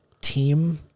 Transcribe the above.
team